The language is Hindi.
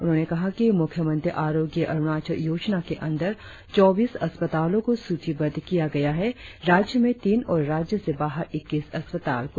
उन्होंने कहा कि मुख्यमंत्री आरोग्य अरुणाचल योजना के अंदर चौबीस अस्पतालों को सूचीबद्ध किया गया है राज्य में तीन और राज्य से बाहर इक्क्सी अस्पताल को